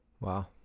Wow